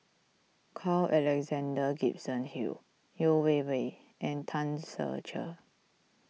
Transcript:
Carl Alexander Gibson Hill Yeo Wei Wei and Tan Ser Cher